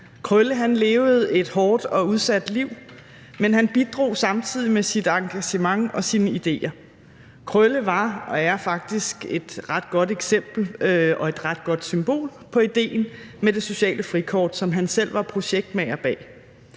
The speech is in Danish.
Krølle levede et hårdt og udsat liv, men han bidrog samtidig med sit engagement og sine idéer. Krølle var og er faktisk et ret godt eksempel og et ret godt symbol på idéen med det sociale frikort, som han selv var projektmager bag